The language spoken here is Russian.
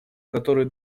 которой